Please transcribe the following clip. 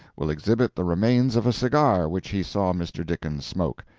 will exhibit the remains of a cigar which he saw mr. dickens smoke.